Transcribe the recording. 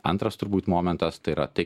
antras turbūt momentas tai yra tai